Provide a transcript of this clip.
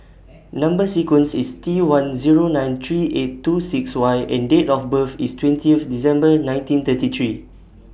Number sequence IS T one Zero nine three eight two six Y and Date of birth IS twentieth December nineteen thirty three